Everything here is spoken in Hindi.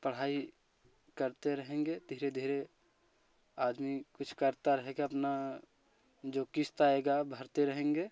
पढ़ाई करते रहेंगे धीरे धीरे आदमी कुछ करता रहेगा अपना जो किस्त आएगा भरते रहेंगे